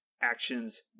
actions